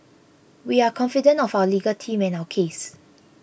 we are confident of our legal team and our case